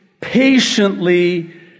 patiently